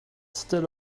still